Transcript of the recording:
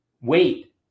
wait